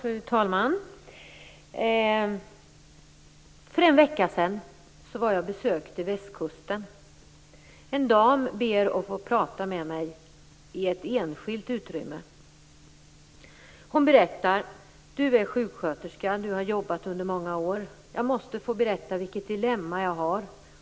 Fru talman! För en vecka sedan besökte jag västkusten. En dam bad att få tala med mig i ett enskilt utrymme. Hon ville tala med mig som är sjuksköterska och har jobbat under många år. Hon ville berätta för mig om sitt dilemma.